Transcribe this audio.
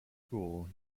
school